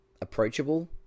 approachable